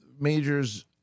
majors